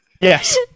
Yes